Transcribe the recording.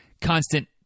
constant